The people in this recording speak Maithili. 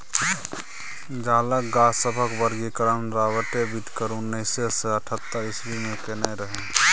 जलक गाछ सभक वर्गीकरण राबर्ट बिटकर उन्नैस सय अठहत्तर इस्वी मे केने रहय